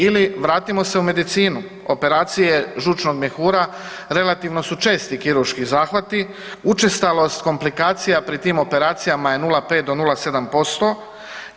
Ili, vratimo se u medicinu, operacije žučnog mjehura relativno su česti kirurški zahvati, učestalost komplikacija pri tim operacijama je 0,5 do 0,7%